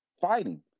Fighting